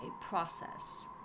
process